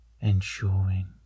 ensuring